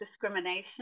discrimination